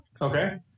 Okay